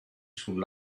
sul